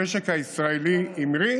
המשק הישראלי המריא